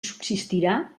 subsistirà